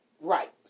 right